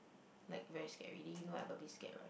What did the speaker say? like very scary then you know I'm a bit scared right